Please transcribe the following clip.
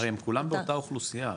הרי הם כולם באותה אוכלוסייה,